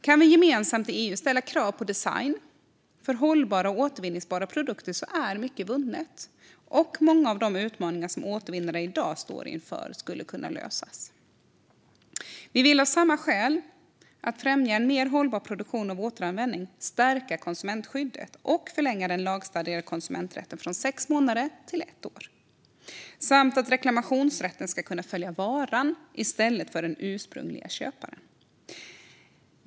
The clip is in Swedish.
Om vi gemensamt i EU kan ställa krav på design för hållbara och återvinningsbara produkter är mycket vunnet, och många av de utmaningar som återvinnare i dag står inför skulle kunna lösas. Vi vill av samma skäl - att främja en mer hållbar produktion och återanvändning - stärka konsumentskyddet och förlänga den lagstadgade konsumenträtten från sex månader till ett år. Vi vill också att reklamationsrätten ska kunna följa varan i stället för den ursprungliga köparen.